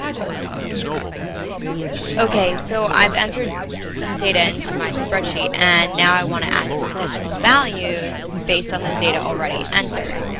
i'll let tyler describe it. tyler okay. so, i've entered some data into my spreadsheet and now i want to add some additional values based on the data already entered.